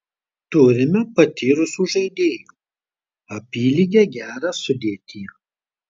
turime patyrusių žaidėjų apylygę gerą sudėtį